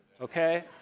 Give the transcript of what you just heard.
okay